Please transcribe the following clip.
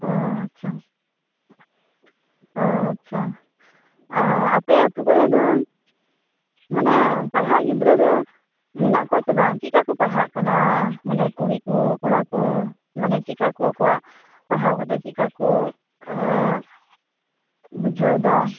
ᱚ ᱟᱪᱪᱷᱟ ᱦᱚ ᱟᱪᱪᱷᱟ ᱟᱻ ᱟᱯᱮ ᱟᱛᱳ ᱠᱚᱨᱮᱫᱚ ᱢᱟᱱᱮ ᱯᱟᱲᱦᱟᱜ ᱜᱤᱰᱽᱨᱟᱹ ᱫᱚ ᱢᱮᱱᱟᱜ ᱠᱚᱭᱟ ᱥᱮ ᱵᱟᱝ ᱪᱮᱫᱢ ᱞᱮᱠᱟᱠᱚ ᱯᱟᱲᱦᱟᱜ ᱠᱟᱱᱟ ᱢᱟᱱᱮ ᱠᱩᱲᱤ ᱠᱚ ᱠᱚᱲᱟ ᱠᱚ ᱢᱟᱱᱮ ᱪᱮᱫ ᱞᱮᱠᱟᱠᱚ ᱟᱠᱚᱣᱟᱜ ᱯᱟᱲᱦᱟᱣ ᱠᱟᱛᱮ ᱪᱮᱜᱠᱟᱠᱚ ᱟᱻ ᱵᱩᱡᱷᱟᱹᱣᱫᱟ